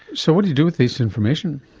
so what do you do with this information?